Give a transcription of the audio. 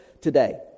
today